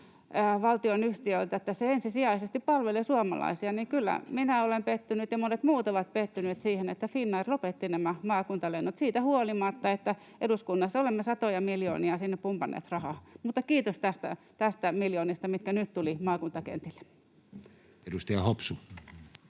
valtionyhtiöltä on, että se ensisijaisesti palvelee suomalaisia, joten kyllä minä olen pettynyt ja monet muut ovat pettynyt siihen, että Finnair lopetti nämä maakuntalennot siitä huolimatta, että eduskunnassa olemme satoja miljoonia sinne pumpanneet rahaa. Mutta kiitos näistä miljoonista, mitkä nyt tulivat maakuntakentille. [Speech 18]